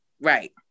Right